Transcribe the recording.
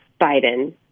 Biden